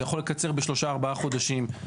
זה יכול לקצר ב-3-4 חודשים.